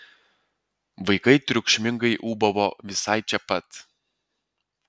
vaikai triukšmingai ūbavo visai čia pat